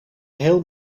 heel